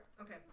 Okay